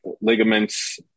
ligaments